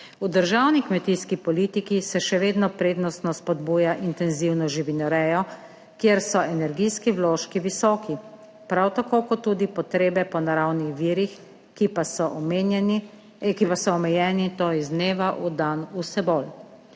V državni kmetijski politiki se še vedno prednostno spodbuja intenzivno živinorejo, kjer so energijski vložki visoki, prav tako kot tudi potrebe po naravnih virih, ki pa so omejeni, to iz dneva v dan vse bolj.